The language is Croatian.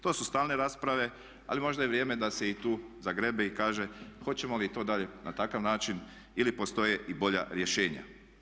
To su stalne rasprave, ali možda je vrijeme da se i tu zagrebe i kaže hoćemo li i to dalje na takav način ili postoje i bolja rješenja.